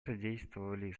содействовали